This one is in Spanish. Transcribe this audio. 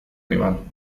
rival